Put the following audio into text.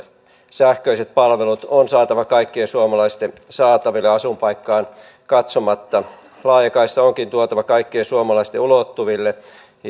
sähköiset palvelut on saatava kaikkien suomalaisten saataville asuinpaikkaan katsomatta laajakaista onkin tuotava kaikkien suomalaisten ulottuville